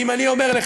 אז תן לי להגיד